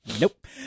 Nope